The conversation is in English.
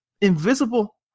invisible